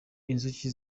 inzuki